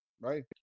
right